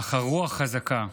אך הרוח חזקה.